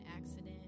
accident